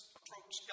approach